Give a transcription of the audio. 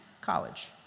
College